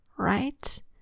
right